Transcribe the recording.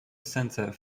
centre